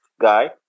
guy